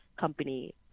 company